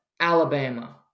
alabama